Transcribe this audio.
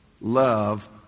love